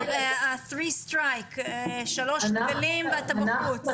חוק 3 פעמים ואתה חוץ.